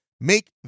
make